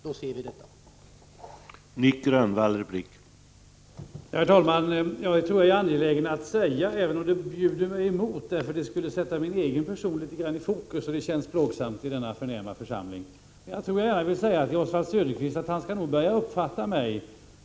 Det är detta vi ser.